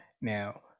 Now